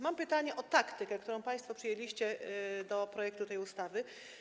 Mam pytanie o taktykę, którą państwo przyjęliście w sprawie projektu tej ustawy.